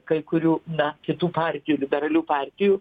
kai kurių na kitų partijų liberalių partijų